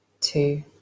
two